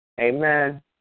Amen